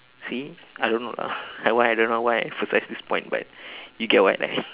see I don't know lah why I don't know why I emphasize this point but you get what I